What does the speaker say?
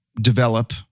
develop